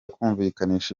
kumvikanisha